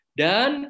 dan